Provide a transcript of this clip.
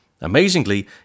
Amazingly